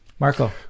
Marco